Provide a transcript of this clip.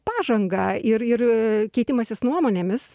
pažangą ir ir keitimasis nuomonėmis